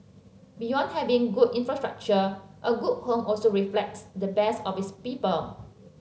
beyond having good infrastructure a good home also reflects the best of its people